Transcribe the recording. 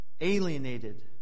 alienated